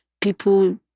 People